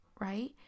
right